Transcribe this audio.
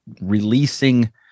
releasing